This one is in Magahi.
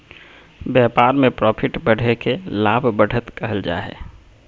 व्यापार में प्रॉफिट बढ़े के लाभ, बढ़त कहल जा हइ